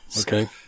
Okay